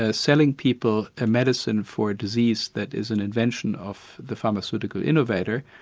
ah selling people a medicine for a disease that is an invention of the pharmaceutical innovator,